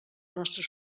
nostra